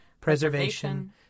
preservation